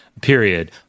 period